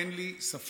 אין לי ספק